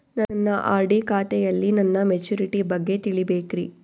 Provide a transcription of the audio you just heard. ನನ್ನ ಆರ್.ಡಿ ಖಾತೆಯಲ್ಲಿ ನನ್ನ ಮೆಚುರಿಟಿ ಬಗ್ಗೆ ತಿಳಿಬೇಕ್ರಿ